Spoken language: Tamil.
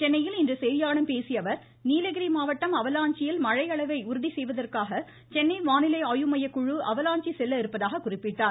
சென்னையில் இன்று செய்தியாளர்களிடம் பேசிய அவர் நீலகிரி மாவட்டம் அவலாஞ்சியில் மழை அளவை உறுதி செய்வதற்காக சென்னை வானிலை ஆய்வு மைய குழு அவலாஞ்சி செல்ல இருப்பதாக குறிப்பிட்டார்